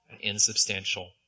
insubstantial